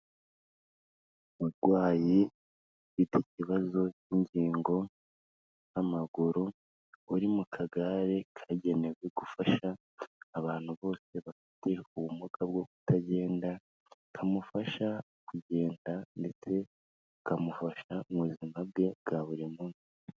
Umurwayi ufite ikibazo k'ingingo n'amaguru, uri mu kagare kagenewe gufasha, abantu bose bafite ubumuga bwo kutagenda, kamufasha kugenda ndetse kamufasha mu buzima bwe bwa buri munsi.